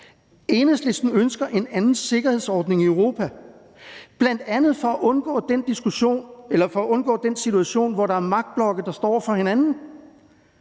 Enhedslisten ønsker en anden sikkerhedsordning i Europa, bl.a. for at undgå den situation, hvor der er magtblokke, der står over for hinanden,